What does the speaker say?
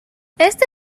este